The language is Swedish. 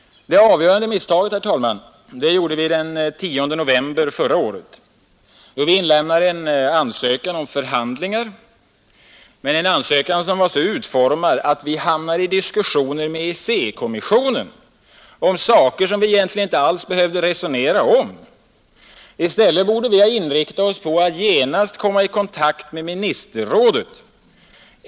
Det avgörande misstaget, herr talman, gjorde vi den 10 november förra året, då vi inlämnade en ansökan om förhandlingar som var så utformad att vi hamnade i diskussioner med EEC-kommissionen om ting som vi egentligen inte alls behövde resonera om. I stället borde vi ha inriktat oss på att omedelbart komma i kontakt med ministerrådet.